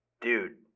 dude